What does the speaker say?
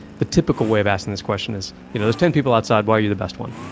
the typical way of asking this questions is, you know there's ten people outside, why are you the best one?